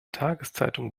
tageszeitung